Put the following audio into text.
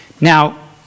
Now